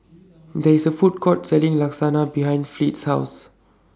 There IS A Food Court Selling Lasagna behind Fleet's House